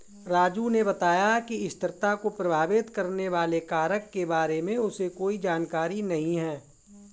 राजू ने बताया कि स्थिरता को प्रभावित करने वाले कारक के बारे में उसे कोई जानकारी नहीं है